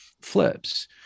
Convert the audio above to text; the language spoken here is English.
flips